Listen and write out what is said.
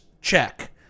check